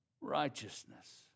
righteousness